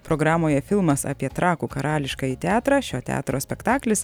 programoje filmas apie trakų karališkąjį teatrą šio teatro spektaklis